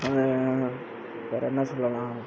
வேறு என்ன சொல்லலாம்